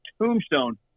Tombstone